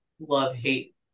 love-hate